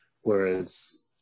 Whereas